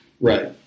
right